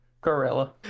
Gorilla